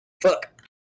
Fuck